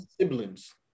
siblings